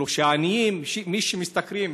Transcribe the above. שהעניים, מי שמשתכרים